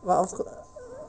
what else co~